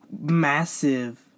massive